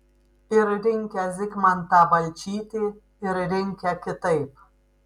ir rinkę zigmantą balčytį ir rinkę kitaip